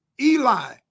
Eli